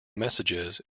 messages